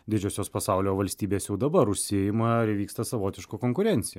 didžiosios pasaulio valstybės jau dabar užsiima ir įvyksta savotiška konkurencija